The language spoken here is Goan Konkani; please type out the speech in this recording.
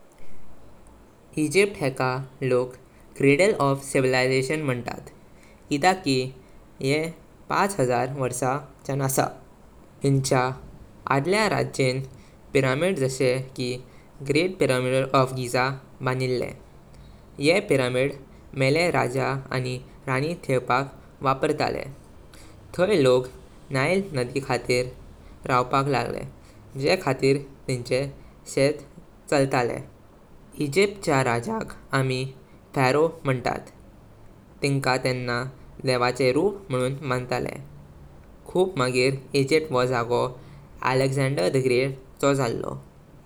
इजिप्त हेका लोग 'क्रैडल ऑफ सिविलआइजेशन' मनतात, किद्यक कि ये पाच हजार वर्षा चान आस। हिंचेर आदल्या राजें पिरामिड जशे की ग्रेट पिरामिड ऑफ गिझा बनिलें। ये पिरामिड मॲलें राजा आनी राणी ठेवपाक वापरतलें। थई लोग नाइल नदी खातीर रावपाक लागलें, जे खातीर तिनचें शीट चलतलें। इजिप्त चे राजाक आमी फरो मनतात, तिंका तेंना देवाचे रूप म्हणून मनतले। खूप मगरी इजिप्त योह जागों अलेक्सांडर द ग्रेट चो झालो।